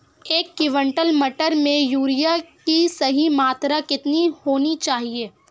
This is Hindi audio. एक क्विंटल मटर में यूरिया की सही मात्रा कितनी होनी चाहिए?